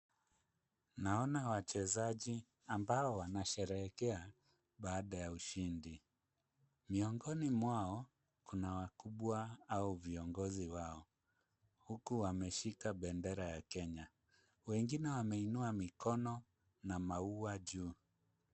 Naona wachezaji ambao wanasherehekea baada ya ushindi. Miongoni mwao kuna wakubwa au viongozi wao, huku wameshika bendera ya Kenya. Wengine wameinua mikono na maua juu.